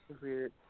Weird